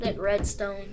redstone